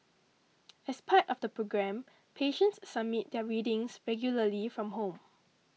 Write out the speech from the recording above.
as part of the programme patients submit their readings regularly from home